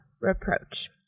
reproach